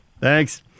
Thanks